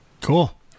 cool